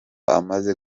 amaze